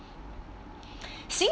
seeing